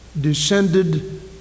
descended